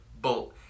bolt